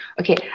okay